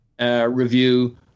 review